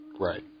right